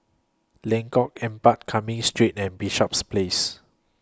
Lengkong Empat Cumming Street and Bishops Place